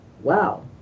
wow